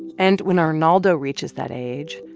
and when arnaldo reaches that age,